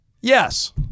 Yes